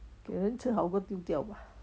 给人吃好过丢掉吧